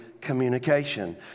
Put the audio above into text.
communication